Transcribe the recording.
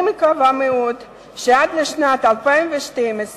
אני מקווה מאוד שעד לשנת 2012,